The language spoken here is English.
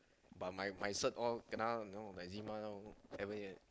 but my my cert all kena know eczema now haven't yet